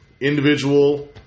individual